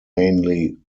mainly